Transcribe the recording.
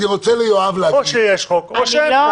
אני כשהייתי יושב-ראש מוסד תכנון,